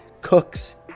cooks